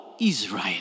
Israel